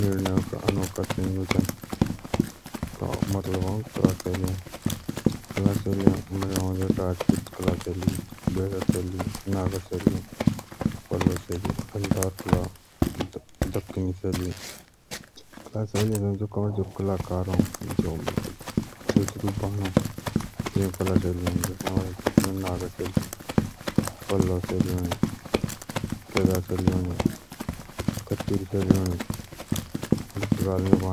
निर्णय का अनोखा संयोजन का मतलब अ कला शैली नागर शैली पल्लव शैली कत्यूरी शिली यो सब कलाकार बाणो।